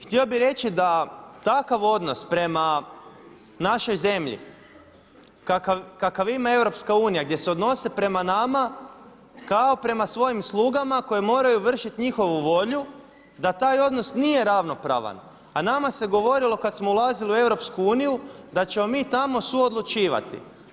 Htio bi reći da takav odnos prema našoj zemlji kakav ima EU gdje se odnose prema nama kao prema svojim slugama koje moraju vršiti njihovu volju da taj odnos nije ravnopravan, a nama se govorilo kada smo ulazili u EU da ćemo mi tamo suodlučivati.